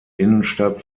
innenstadt